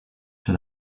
sur